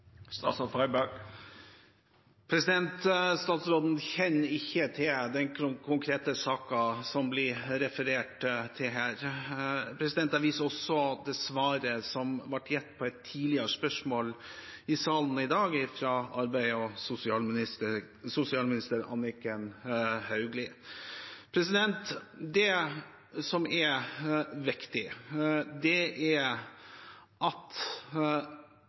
Statsråden kjenner ikke til den konkrete saken som det blir referert til her. Jeg viser også til svaret som ble gitt på et tidligere spørsmål i salen i dag, fra arbeids- og sosialminister Anniken Hauglie. Det viktigste regjeringen kan gjøre, er å legge til rette for at det er